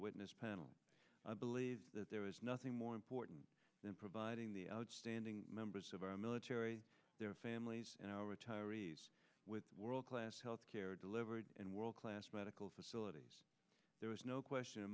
witness panel i believe that there is nothing more important than providing the outstanding members of our military their families and our tyreese with world class health care delivered and world class medical facilities there is no question in